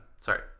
sorry